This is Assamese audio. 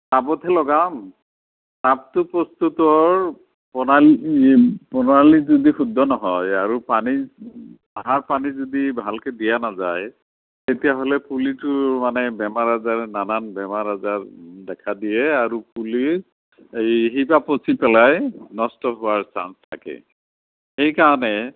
টাবতহে লগাম টাবটো প্ৰস্তুতৰ প্ৰণালী প্ৰণালী যদি শুদ্ধ নহয় আৰু পানী ভাল পানী যদি ভালকৈ দিয়া নাযায় তেতিয়াহ'লে পুলিটো মানে বেমাৰ আজাৰ নানান বেমাৰ আজাৰে দেখা দিয়ে আৰু পুলিৰ এই শিপা পচি পেলাই নষ্ট হোৱাৰ চাঞ্চ থাকে সেইকাৰণে